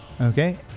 Okay